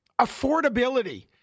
Affordability